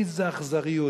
איזו אכזריות.